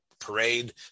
parade